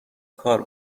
کار